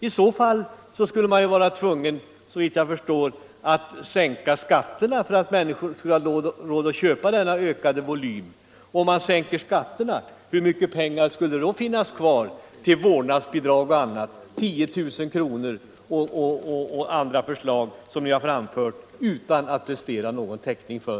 Man skulle, såvitt jag förstår, i så fall vara tvungen att sänka skatterna för att människor skulle ha råd att köpa alla dessa varor. Men om man sänker skatterna, hur mycket pengar skulle det då finnas kvar till exempelvis vårdnadsbidrag på 10 000 kr, och andra förslag som ni har framfört utan att prestera någon täckning för?